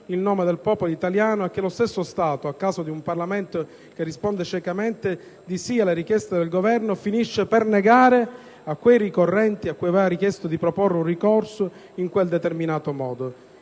in nome del popolo italiano e che lo stesso Stato - a causa di un Parlamento che risponde ciecamente di sì alle richieste del Governo - finisce per negare a quei ricorrenti a cui aveva chiesto di proporre un ricorso in quel determinato modo.